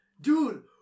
dude